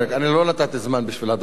לא נתתי זמן בשביל הדבר הזה.